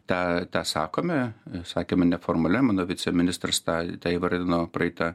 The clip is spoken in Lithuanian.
tą tą sakome sakėm ir neformalia mano viceministras tą tą įvardino praeitą